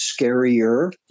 scarier